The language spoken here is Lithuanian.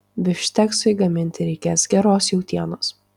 bifšteksui gaminti reikės geros jautienos